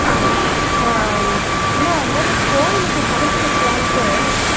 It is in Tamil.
ஆ அம்மா இது மாதிரி கோயிலுக்கு சமைச்சு கொடுக்கலான்ட்டு